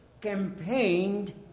campaigned